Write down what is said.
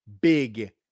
big